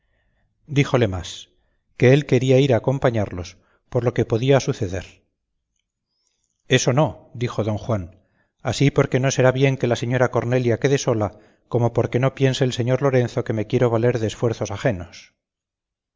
díjole más que él quería ir a acompañarlos por lo que podía suceder eso no dijo don juan así porque no será bien que la señora cornelia quede sola como porque no piense el señor lorenzo que me quiero valer de esfuerzos ajenos